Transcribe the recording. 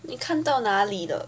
你看到哪里了